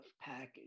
package